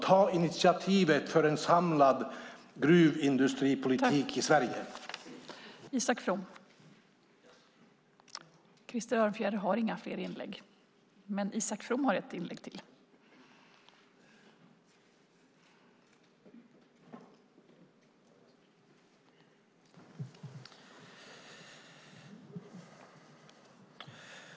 Ta initiativet till en samlad gruvindustripolitik i Sverige, statsrådet Maud Olofsson!